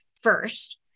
first